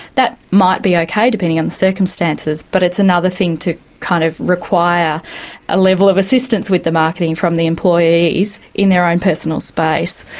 that might be okay depending on the circumstances, but it's another thing to kind of require a level of assistance with the marketing from the employees in their own personal space.